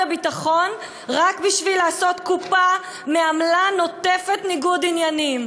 הביטחון רק בשביל לעשות קופה מעמלה נוטפת ניגוד עניינים?